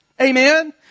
Amen